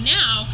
now